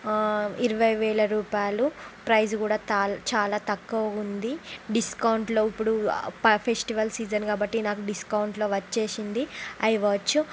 ఇరవై వేల రూపాయలు ప్రైస్ కూడా త చాలా తక్కువగా ఉంది డిస్కౌంట్లో ఇప్పుడు ఫెస్టివల్ సీజన్ కాబట్టి నాకు డిస్కౌంట్లో వచ్చేసింది ఐ వాచ్